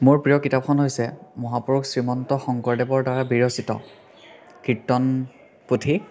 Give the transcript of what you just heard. মোৰ প্ৰিয় কিতাপখন হৈছে মহাপুৰুষ শ্ৰীমন্ত শংকৰদেৱৰ দ্বাৰা বিৰচিত কীৰ্তন পুথি